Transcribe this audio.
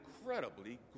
incredibly